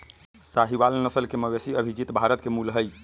साहीवाल नस्ल के मवेशी अविभजित भारत के मूल हई